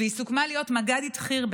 וסוכם שתהיה מג"דית חי"ר,